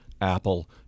Apple